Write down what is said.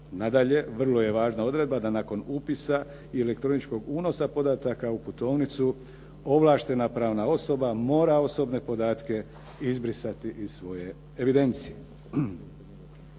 Nadalje, vrlo je važna odredba da nakon upisa i elektroničkog unosa podataka u putovnicu ovlaštena pravna osoba mora osobne podatke izbrisati iz svoje evidencije.